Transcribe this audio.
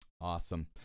Awesome